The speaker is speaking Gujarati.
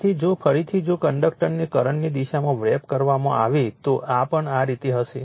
તેથી જો ફરીથી જો કંડક્ટરને કરંટની દિશામાં વ્રેપ કરવામાં આવે તો આ પણ આ રીતે હશે